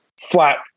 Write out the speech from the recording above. flat